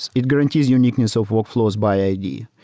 it guarantees uniqueness of workflows by id.